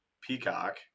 peacock